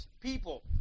people